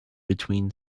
between